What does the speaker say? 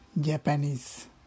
Japanese